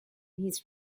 his